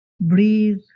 breathe